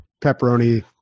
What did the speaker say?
pepperoni